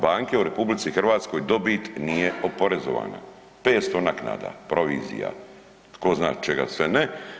Banke u RH dobit nije oporezovana, 500 naknada, provizija, tko zna čega sve ne.